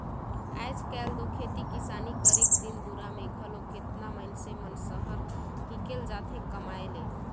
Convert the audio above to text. आएज काएल दो खेती किसानी करेक दिन दुरा में घलो केतना मइनसे मन सहर हिंकेल जाथें कमाए ले